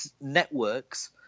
networks